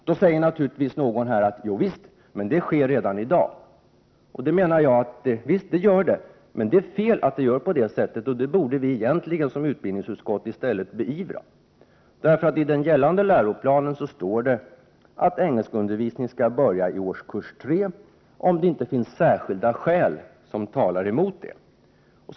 Då säger naturligtvis någon här att detta ju redan sker i dag. Jo visst, men detta är fel, och det borde egentligen vi som är ledamöter av utbildningsutskottet i stället beivra. I den gällande läroplanen står det ju att engelskundervisning skall börja i årskurs 3 om det inte finns särskilda skäl som talar emot detta.